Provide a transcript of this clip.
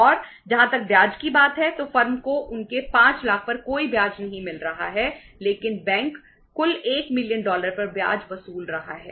और जहां तक ब्याज की बात है तो फर्म को उनके 5 लाख पर कोई ब्याज नहीं मिल रहा है लेकिन बैंक कुल 1 मिलियन डॉलर पर ब्याज वसूल रहा है